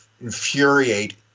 infuriate